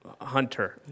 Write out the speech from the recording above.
hunter